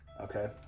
Okay